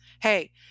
Hey